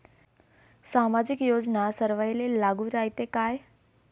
सामाजिक योजना सर्वाईले लागू रायते काय?